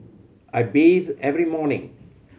I bathe every morning